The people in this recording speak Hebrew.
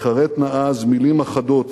תיחרתנה אז מלים אחדות,